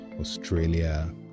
Australia